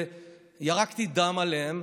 ירקתי דם עליהן,